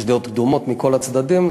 יש דעות קדומות מכל הצדדים.